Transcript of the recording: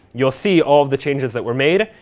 you'll see all the changes that were made,